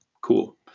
Cool